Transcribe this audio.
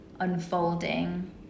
unfolding